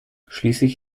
schließlich